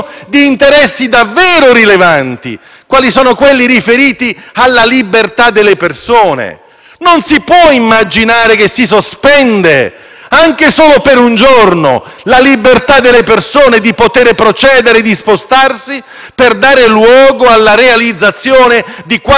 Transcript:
Non si può immaginare che si sospenda, anche solo per un giorno, la libertà delle persone di poter procedere, di spostarsi, per dare luogo alla realizzazione di quattro righe di un programma di Governo. La proporzionalità della condotta del Ministro dov'è?